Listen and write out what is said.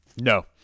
No